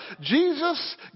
Jesus